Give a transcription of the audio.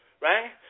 Right